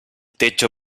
techo